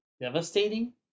Devastating